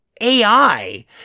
AI